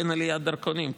שאין עליית דרכונים,